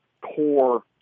core